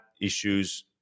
issues